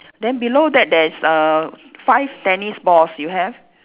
then below that there is err five tennis balls you have